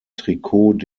trikot